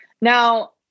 Now